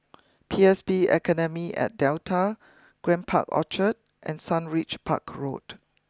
P S B Academy at Delta Grand Park Orchard and Sundridge Park Road